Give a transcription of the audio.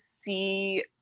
see